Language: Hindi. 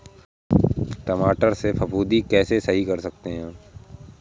टमाटर से फफूंदी कैसे सही कर सकते हैं?